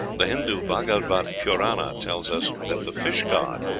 the hindoo bhagavata-purana tells us that the fish-god,